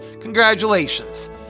congratulations